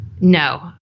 no